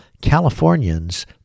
Californians